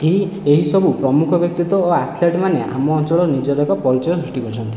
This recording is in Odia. ଏହି ଏହିସବୁ ପ୍ରମୁଖ ବ୍ୟକ୍ତିତ୍ୱ ଓ ଆଥଲେଟ୍ ମାନେ ଆମ ଅଞ୍ଚଳରେ ନିଜର ଏକ ପରିଚୟ ସୃଷ୍ଟି କରିଛନ୍ତି